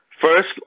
First